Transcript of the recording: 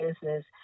business